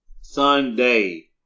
Sunday